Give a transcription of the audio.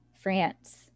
France